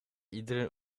iedere